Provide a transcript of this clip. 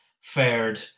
fared